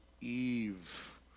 Eve